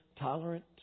tolerant